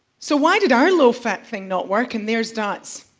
so why did our low-fat thing not work and theirs does?